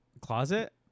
Closet